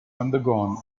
undergone